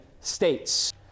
states